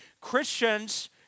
Christians